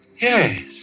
Yes